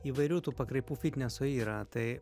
įvairių tų pakraipų fitneso yra tai